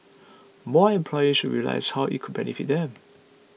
more employers should realise how it could benefit them